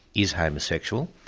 is homosexual.